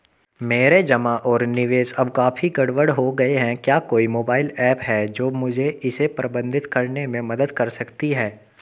मेरे जमा और निवेश अब काफी गड़बड़ हो गए हैं क्या कोई मोबाइल ऐप है जो मुझे इसे प्रबंधित करने में मदद कर सकती है?